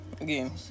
again